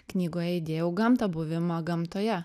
knygoj įdėjau gamtą buvimą gamtoje